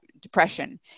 depression